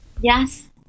Yes